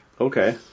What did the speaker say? okay